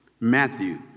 Matthew